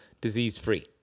disease-free